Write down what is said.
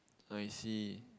I see